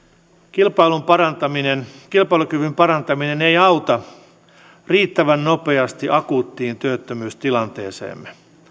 kilpailukyvyn parantaminen kilpailukyvyn parantaminen ei auta riittävän nopeasti akuuttiin työttömyystilanteeseemme